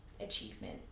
achievement